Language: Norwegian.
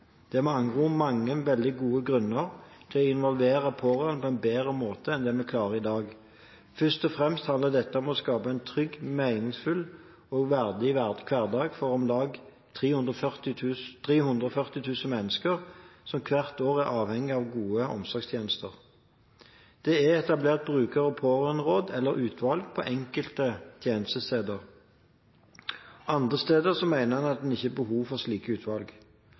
Det er med andre ord mange veldig gode grunner til å involvere pårørende på en bedre måte enn det vi klarer i dag. Først og fremst handler dette om å skape en trygg, meningsfull og verdig hverdag for om lag 340 000 mennesker som hvert år er avhengige av gode omsorgtjenester. Det er etablert bruker- og pårørenderåd eller -utvalg på enkelte tjenestesteder. Andre steder mener en at det ikke er behov for slike utvalg.